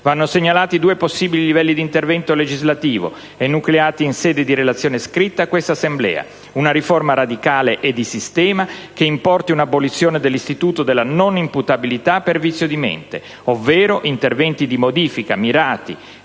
vanno segnalati due possibili livelli di intervento legislativo, enucleati in sede di relazione scritta a questa Assemblea: una riforma radicale e di sistema, che importi una abolizione dell'istituto della non imputabilità per vizio di mente; ovvero, interventi di modifica mirati,